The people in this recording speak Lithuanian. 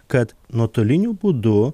kad nuotoliniu būdu